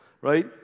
Right